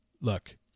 look